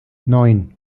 neun